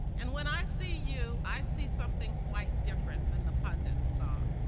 and when i see you, i see something quite different than the pundits saw.